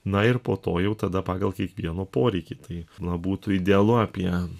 na ir po to jau tada pagal kiekvieno poreikį tai na būtų idealu apie